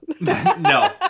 No